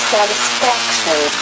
Satisfaction